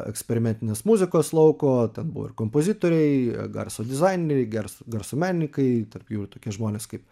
eksperimentinės muzikos lauko ten buvo ir kompozitoriai garso dizaineriai gars garso menininkai tarp jų tokie žmonės kaip